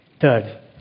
Third